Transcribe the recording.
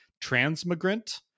Transmigrant